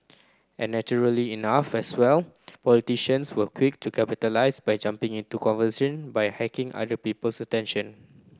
and naturally enough as well politicians were quick to capitalise by jumping into conversation by hacking other people's attention